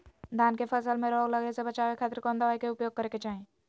धान के फसल मैं रोग लगे से बचावे खातिर कौन दवाई के उपयोग करें क्या चाहि?